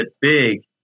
big